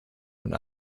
und